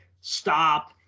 stop